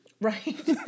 Right